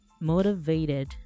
motivated